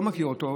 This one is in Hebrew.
לא מכיר אותו,